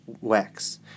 wax